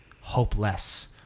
hopeless